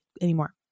anymore